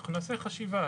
אנחנו נעשה חשיבה.